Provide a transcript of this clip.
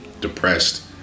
depressed